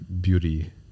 beauty